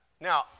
Now